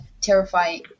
terrifying